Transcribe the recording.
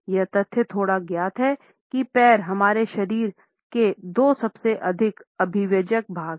यह तथ्य थोड़ा ज्ञात है कि पैरहमारे शरीर के दो सबसे अधिक अभिव्यंजक भाग हैं